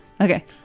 Okay